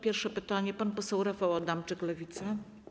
Pierwsze pytanie, pan poseł Rafał Adamczyk, Lewica.